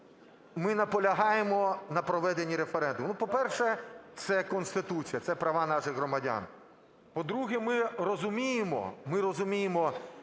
ми наполягаємо на проведенні референдуму? Ну, по-перше, це Конституція, це права наших громадян. По-друге, ми розуміємо, що в умовах